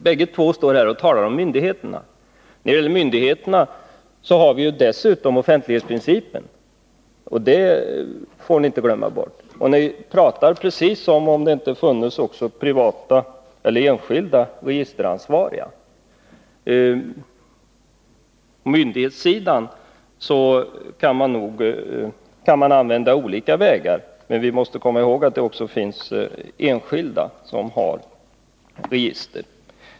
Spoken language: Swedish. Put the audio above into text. Båda två talar här om myndigheterna, men när det gäller dem har vi ju dessutom offentlighetsprincipen — det får ni inte glömma bort. Ni talar precis som om det inte heller funnes privata eller enskilda registeransvariga. På myndighetssidan kan man gå olika vägar, men vi måste komma ihåg att det också finns enskilda som har register.